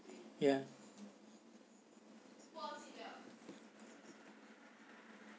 ya